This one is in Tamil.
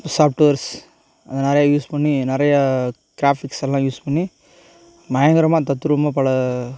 சாஃப்ட்வேர்ஸ் நிறைய யூஸ் பண்ணி நிறையா க்ராஃபிக்ஸெல்லாம் யூஸ் பண்ணி பயங்கரமாக தத்துருவமாக பல